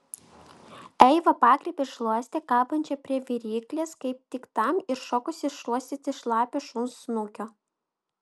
eiva pagriebė šluostę kabančią prie viryklės kaip tik tam ir šokosi šluostyti šlapio šuns snukio